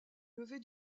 lever